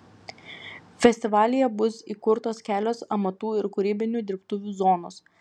festivalyje bus įkurtos kelios amatų ir kūrybinių dirbtuvių zonos